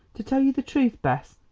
to tell you the truth, bess,